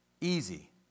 easy